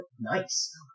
nice